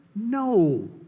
No